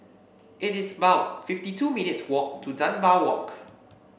it is about fifty two minutes' walk to Dunbar Walk